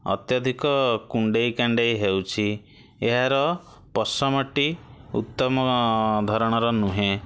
ଅତ୍ୟଧିକ କୁଣ୍ଡେଇ କାଣ୍ଡେଇ ହେଉଛି ଏହାର ପଶମଟି ଉତ୍ତମ ଧରଣର ନୁହେଁ